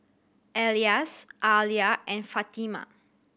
Elyas Alya and Fatimah